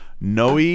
Noe